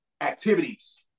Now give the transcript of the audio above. activities